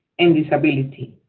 and disability.